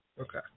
Okay